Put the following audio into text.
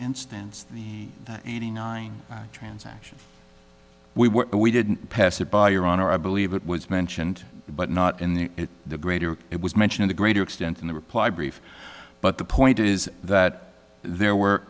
instance the eighty nine transaction we were we didn't pass it by your honor i believe it was mentioned but not in the greater it was mention of the greater extent in the reply brief but the point is that there were